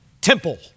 temple